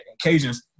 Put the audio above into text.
occasions